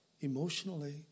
emotionally